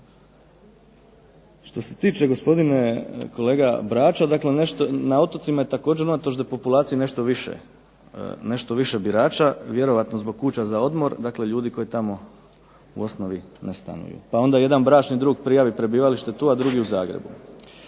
Što se tiče gospodine kolega Brača, dakle na otocima je također unatoč da je populacije nešto više birača vjerojatno zbog kuća za odmor. Dakle, ljudi koji tamo u osnovi ne stanuju, pa onda jedni bračni drug prijavi prebivalište tu, a drugi u Zagrebu.